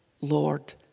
Lord